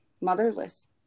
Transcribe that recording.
motherless